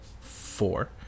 four